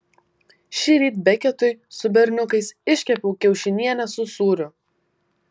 šįryt beketui su berniukais iškepiau kiaušinienę su sūriu